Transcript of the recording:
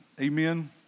Amen